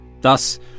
Thus